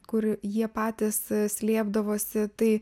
kur jie patys slėpdavosi tai